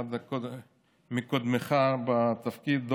אחד מקודמיך בתפקיד,